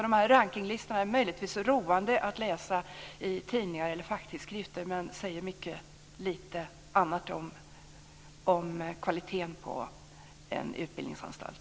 De här rankningslistorna är möjligen roande att läsa i tidningar eller facktidskrifter men säger väldigt lite om kvaliteten på en utbildningsanstalt.